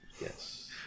Yes